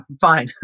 fine